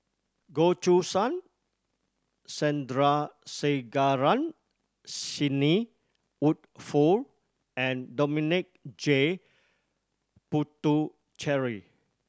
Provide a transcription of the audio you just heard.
Goh Choo San Sandrasegaran Sidney Woodhull and Dominic J Puthucheary